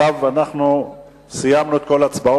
אנחנו סיימנו את כל ההצבעות.